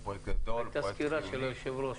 הוא פרויקט גדול -- הייתה סקירה של היושב-ראש,